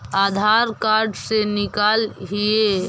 आधार card से निकाल हिऐ?